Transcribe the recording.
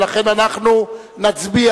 ולכן אנחנו נצביע.